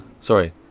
Sorry